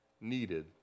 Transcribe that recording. needed